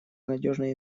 надежной